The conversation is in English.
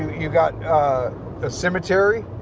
you got the cemetery,